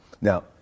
Now